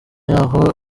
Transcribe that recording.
yaho